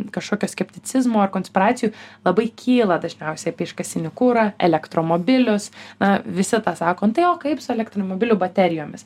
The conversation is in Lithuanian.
kažkokio skepticizmo ar konspiracijų labai kyla dažniausiai apie iškastinį kurą elektromobilius na visi tą sako nu tai o kaip su elektromobilių baterijomis